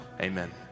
amen